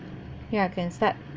ya can start